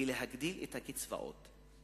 ולהגדיל את הקצבאות.